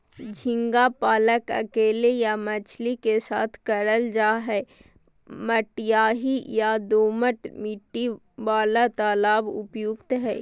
झींगा पालन अकेले या मछली के साथ करल जा हई, मटियाही या दोमट मिट्टी वाला तालाब उपयुक्त हई